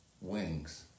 Wings